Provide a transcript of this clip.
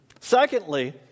Secondly